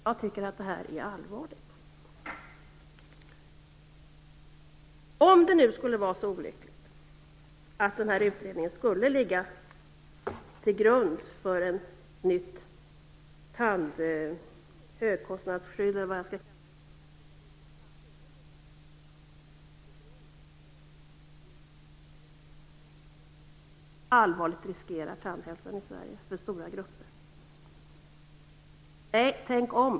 Jag tycker att det är allvarligt. Om det nu skulle vara så olyckligt att den här utredningen skulle ligga till grund för ett nytt högkostnadsskydd, eller vad jag skall kalla det för, det är svårt att hitta ett bra namn, inom tandvården, så skulle det innebära att vi allvarligt riskerar tandhälsan i Sverige för stora grupper. Nej, tänk om!